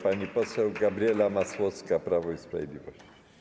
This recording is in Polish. Pani poseł Gabriela Masłowska, Prawo i Sprawiedliwość.